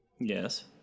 Yes